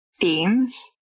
themes